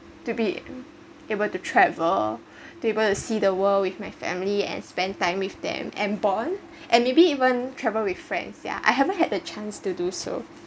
to be able to travel able to see the world with my family and spend time with them and borne and maybe even travel with friends yeah I haven't had the chance to do so